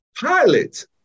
pilot